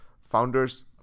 founders